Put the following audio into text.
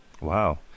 Wow